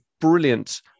brilliant